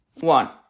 One